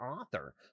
author